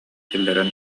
киллэрэн